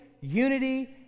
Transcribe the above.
unity